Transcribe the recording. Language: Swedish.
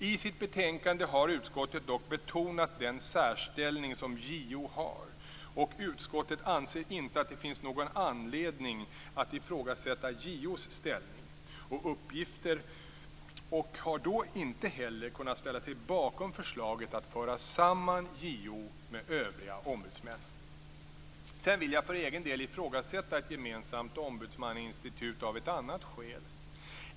I sitt betänkande har utskottet dock betonat den särställning som JO har, och utskottet anser inte att det finns någon anledning att ifrågasätta JO:s ställning och uppgifter och har då inte heller kunnat ställa sig bakom förslaget att föra samman JO med övriga ombudsmän. Sedan vill jag för egen del ifrågasätta ett gemensamt ombudsmannainstitut av ett annat skäl.